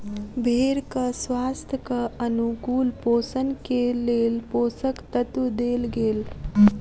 भेड़क स्वास्थ्यक अनुकूल पोषण के लेल पोषक तत्व देल गेल